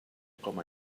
com